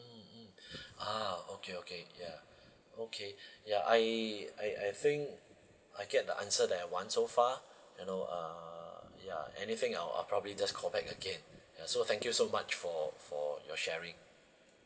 mmhmm ah okay okay yeah okay yeah I I I think I get the answer that I want so far you know uh yeah anything I'll I'll probably just call back again yeah so thank you so much for for your sharing